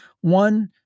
one